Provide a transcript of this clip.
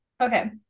Okay